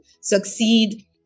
succeed